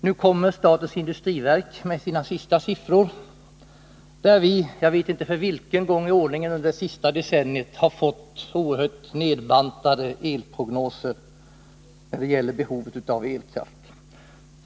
Industriverket har nu lagt fram sina senaste siffror, och vi har — jag vet inte för vilken gång i ordningen under det senaste decenniet — fått oerhört nedbantade prognoser när det gäller behovet av elkraft.